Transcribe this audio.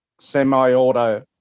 semi-auto